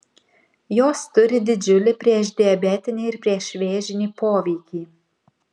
jos turi didžiulį priešdiabetinį ir priešvėžinį poveikį